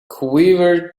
quivered